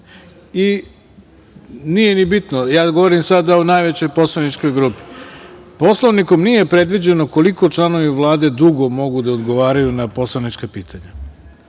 neće stići na red. Govorim sada o najvećoj poslaničkoj grupi. Poslovnikom nije predviđeno koliko članovi Vlade dugo mogu da odgovaraju na poslanička pitanja. Ako